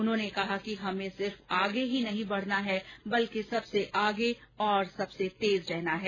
उन्होंने कहा कि हमें सिर्फ आगे ही नहीं बढना है बल्कि सबसे आगे और सबसे तेज रहना है